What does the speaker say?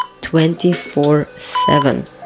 24-7